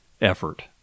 effort